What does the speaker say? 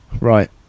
Right